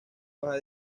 baja